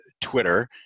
Twitter